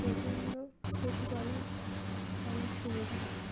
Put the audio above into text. সে জন্য পশুপালন অনেক সুবিধা হয়